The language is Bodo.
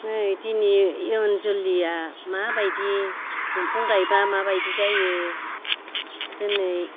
नै दिनि इयुन जोलैया माबायदि दंफां गायबा माबायदि जायो दिनै